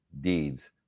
deeds